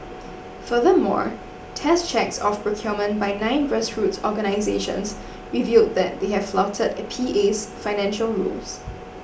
furthermore test checks of procurement by nine grassroots organisations revealed that they have flouted PA's financial rules